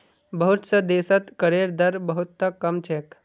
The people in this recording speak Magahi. बहुत स देशत करेर दर बहु त कम छेक